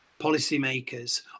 policymakers